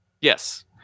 Yes